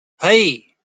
hei